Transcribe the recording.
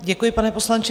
Děkuji, pane poslanče.